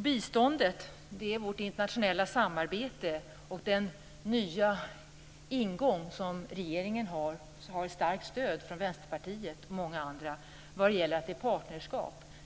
Biståndet är vårt internationella samarbete och den nya ingången till partnerskap. Här har regeringen starkt stöd från Vänsterpartiet och många andra.